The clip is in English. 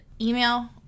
email